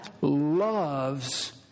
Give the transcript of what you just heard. loves